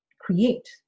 create